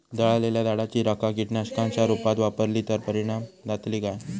जळालेल्या झाडाची रखा कीटकनाशकांच्या रुपात वापरली तर परिणाम जातली काय?